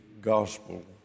Gospel